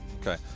Okay